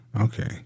Okay